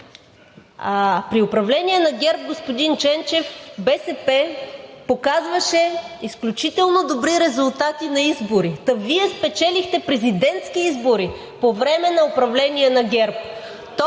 При управление на ГЕРБ, господин Ченчев, БСП показваше изключително добри резултати на избори. Та Вие спечелихте президентски избори по време на управление на ГЕРБ.